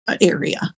area